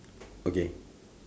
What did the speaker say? okay